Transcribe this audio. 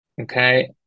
Okay